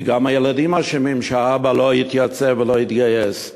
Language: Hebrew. כי גם הילדים אשמים שהאבא לא התייצב ולא התגייס.